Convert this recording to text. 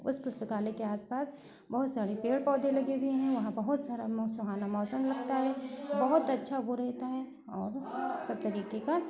उस पुस्तकालय के आस पास बहुत सारे पेड़ पौधे लगे हुए है वहाँ बहुत सारा सुहाना मौसम लगता है बहुत अच्छा वो रहता है और सब तरीके का